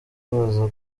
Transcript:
baza